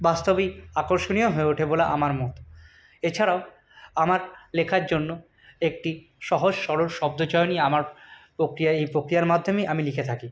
বাস্তবেই আকর্ষণীয় হয়ে ওঠে বলে আমার মত এছাড়াও আমার লেখার জন্য একটি সহজ সরল শব্দচয়নই আমার প্রক্রিয়া এই প্রক্রিয়ার মাধ্যমেই আমি লিখে থাকি